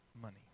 money